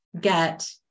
get